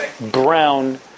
brown